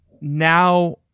now